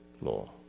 law